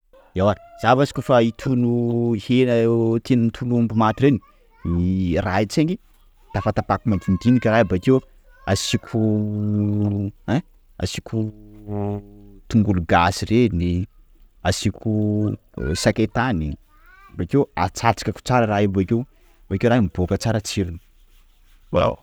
Ewa za basy kôfa hitona hena, te- hitono omby maty reny, raha io tsenky tapatapahiko madinidinika raha io bakeo asiko, ein! _x000D_ Asiko tongolo gasy reny, asiko sakay tany, bakeo atsatsikako tsara raha io bakeo, bakeo raha iny mibôka tsara tsirony.